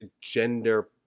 gender